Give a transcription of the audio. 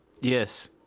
Yes